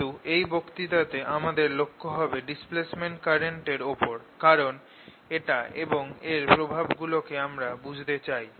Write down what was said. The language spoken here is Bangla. কিন্তু এই বক্তৃতাতে আমাদের লক্ষ হবে ডিসপ্লেসমেন্ট কারেন্ট এর ওপর কারণ এটা এবং এটার প্রভাবগুলো কে আমরা বুঝতে চাই